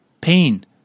pain